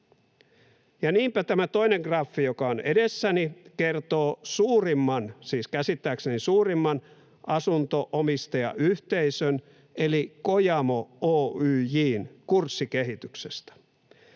niinpä tämä toinen graafi, joka on edessäni, kertoo suurimman, siis käsittääkseni suurimman, asunto-omistajayhteisön eli Kojamo Oyj:n, kurssikehityksestä.